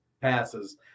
passes